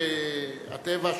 שהטבע,